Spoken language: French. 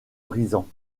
brisant